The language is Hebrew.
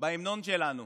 בהמנון שלנו,